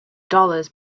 dollars